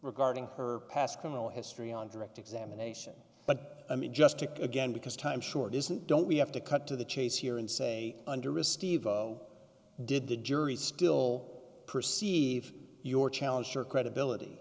regarding her past criminal history on direct examination but i mean just to again because time sure isn't don't we have to cut to the chase here and say under is steve did the jury still perceive your challenge your credibility